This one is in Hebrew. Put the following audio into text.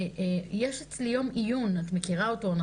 יש אצלי יום עיון את מכירה אותו.